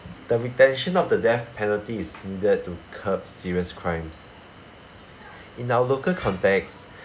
the retention of the death penalty is needed to curb serious crimes in our local context